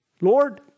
Lord